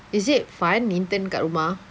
is it fun intern kat rumah